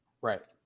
right